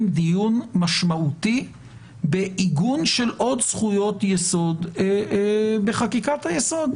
דיון משמעותי של עיגון עוד זכויות יסוד בחקיקת היסוד.